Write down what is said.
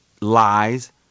lies